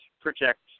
project